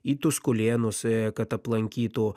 į tuskulėnus kad aplankytų